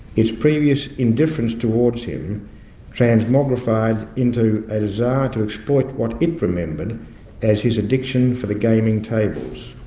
its previous indifference towards him transmogrified into a desire to exploit what it remembered as his addiction for the gaming tables.